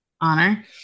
honor